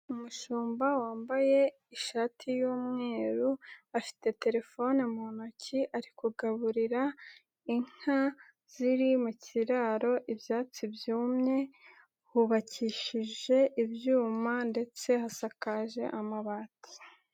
Umushumba wambaye ishati y'umweru afite terefone mu ntoki ari kugaburira inka ziri mu kiraro ibyatsi byumye, hubakishije ibyuma ndetse hasakaje amabati.